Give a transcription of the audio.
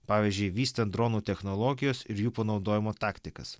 pavyzdžiui vystant dronų technologijos ir jų panaudojimo taktikas